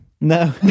No